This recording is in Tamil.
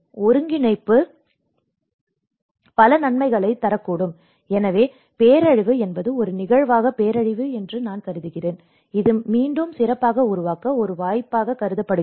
ஒருங்கிணைப்பு பல நன்மைகளைத் தரக்கூடும் எனவே பேரழிவு என்பது ஒரு நிகழ்வாக பேரழிவு என்று நான் கருதுகிறேன் இது மீண்டும் சிறப்பாக உருவாக்க ஒரு வாய்ப்பாகக் கருதப்படுகிறது